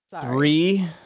Three